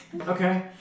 Okay